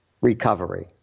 recovery